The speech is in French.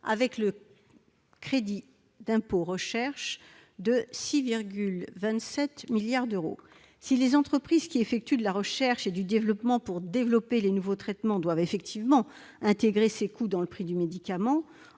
avec un crédit d'impôt recherche de 6,27 milliards d'euros. Si les entreprises qui exposent des dépenses de recherche et développement pour mettre au point de nouveaux traitements doivent effectivement intégrer ces coûts dans le prix du médicament,